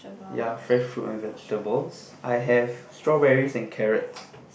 ya fresh fruit and vegetables I have strawberries and carrots